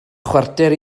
chwarter